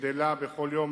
שגדלה בכל יום,